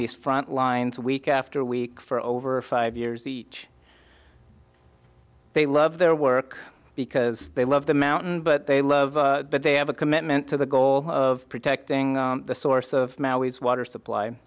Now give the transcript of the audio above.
these front lines week after week for over five years each they love their work because they love the mountain but they love that they have a commitment to the goal of protecting the source of maui's water supply